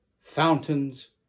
fountains